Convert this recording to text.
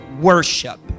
worship